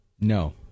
No